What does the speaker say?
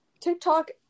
TikTok